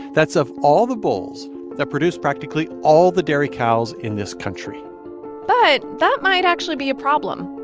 that's of all the bulls that produce practically all the dairy cows in this country but that might actually be a problem.